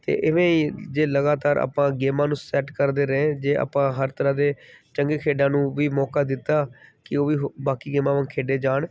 ਅਤੇ ਇਵੇਂ ਜੇ ਲਗਾਤਾਰ ਆਪਾਂ ਗੇਮਾਂ ਨੂੰ ਸੈੱਟ ਕਰਦੇ ਰਹੇ ਜੇ ਆਪਾਂ ਹਰ ਤਰ੍ਹਾਂ ਦੇ ਚੰਗੇ ਖੇਡਾਂ ਨੂੰ ਵੀ ਮੌਕਾ ਦਿੱਤਾ ਕਿ ਉਹ ਵੀ ਬਾਕੀ ਗੇਮਾਂ ਵਾਂਗ ਖੇਡੇ ਜਾਣ